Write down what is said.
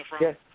yes